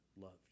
loved